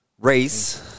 Race